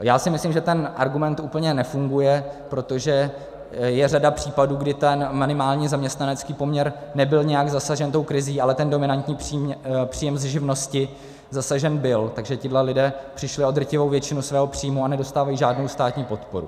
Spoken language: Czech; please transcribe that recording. Já si myslím, že ten argument úplně nefunguje, protože je řada případů, kdy ten minimální zaměstnanecký poměr nebyl nijak zasažen tou krizí, ale ten dominantní příjem ze živnosti zasažen byl, takže tito lidé přišli o drtivou většinu svého příjmu a nedostávají žádnou státní podporu.